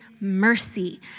mercy